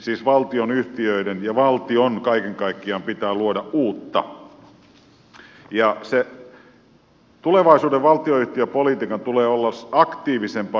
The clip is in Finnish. siis valtionyhtiöiden ja valtion kaiken kaikkiaan pitää luoda uutta ja tulevaisuuden valtionyhtiöpolitiikan tulee olla aktiivisempaa kuin nyt